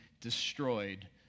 destroyed